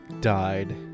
died